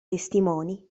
testimoni